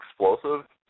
explosive